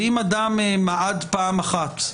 ואם אדם מעד פעם אחת,